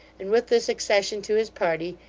and with this accession to his party,